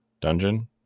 dungeon